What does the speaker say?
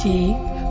deep